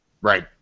Right